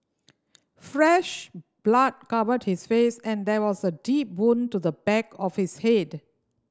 fresh blood covered his face and there was a deep wound to the back of his head